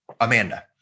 Amanda